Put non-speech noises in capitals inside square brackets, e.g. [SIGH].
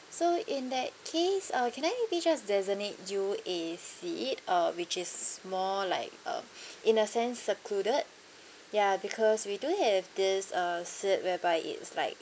so in that case uh can I maybe just designate you a seat uh which is more like a [BREATH] in a sense secluded ya because we do have this uh seat whereby it's like